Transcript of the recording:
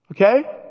Okay